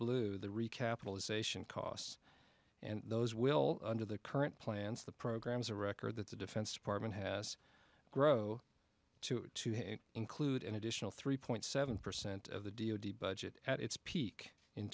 blue the recapitalization costs and those will do the current plans the program is a record that the defense department has grow to include an additional three point seven percent of the d o d budget at its peak in